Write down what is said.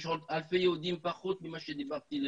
יש עוד אלפי יהודים פחות ממה שדיברתי,